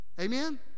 amen